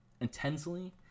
intensely